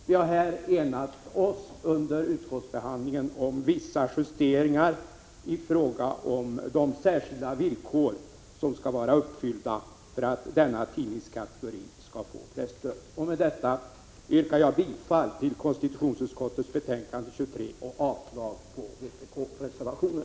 Vi har under utskottsbehandlingen enat oss om vissa justeringar av de särskilda villkor som skall vara uppfyllda för att denna tidningskategori skall få presstöd. Med detta yrkar jag bifall till konstitutionsutskottets betänkande 23 och avslag på vpk-reservationen.